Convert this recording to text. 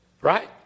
Right